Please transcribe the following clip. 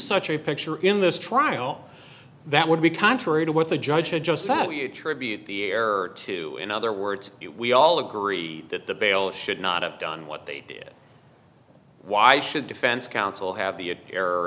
such a picture in this trial that would be contrary to what the judge had just sat we attribute the error to in other words we all agree that the bailiff should not have done what they did why should defense counsel have the